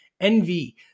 envy